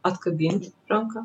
atkabinti ranka